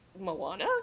Moana